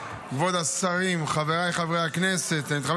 כבוד השרים, חבריי חברי הכנסת, אני מתכבד